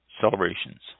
celebrations